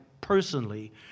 personally